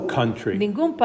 country